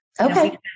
okay